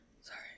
Sorry